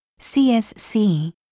CSC